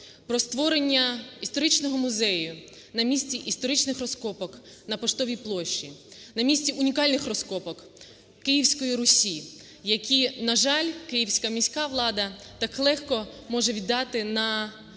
про створення історичного музею на місці історичний розкопок, на Поштовій площі, на місці унікальних розкопок Київської Русі, які, на жаль, Київська міська влада так легко може віддати на